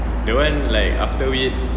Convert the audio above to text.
that [one] like after it